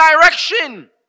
direction